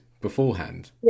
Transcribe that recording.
beforehand